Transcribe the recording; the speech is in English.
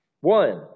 One